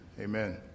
Amen